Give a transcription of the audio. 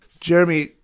Jeremy